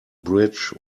bridge